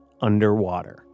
underwater